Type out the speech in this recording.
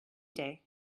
day